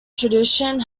tradition